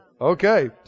Okay